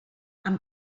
amb